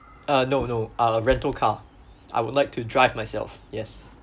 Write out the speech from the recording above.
uh no no uh a rental car I would like to drive myself yes